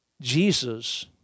Jesus